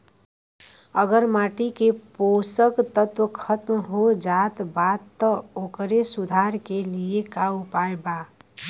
अगर माटी के पोषक तत्व खत्म हो जात बा त ओकरे सुधार के लिए का उपाय बा?